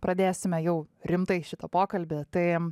pradėsime jau rimtai šitą pokalbį tai